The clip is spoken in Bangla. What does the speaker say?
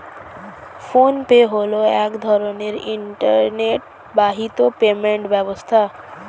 ফোন পে হলো এক ধরনের ইন্টারনেট বাহিত পেমেন্ট ব্যবস্থা